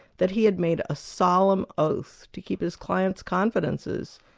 that he had made a solemn oath to keep his client's confidences,